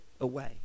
away